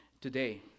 today